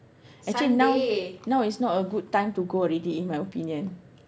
actually now now is not a good time to go already in my opinion